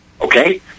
okay